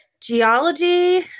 Geology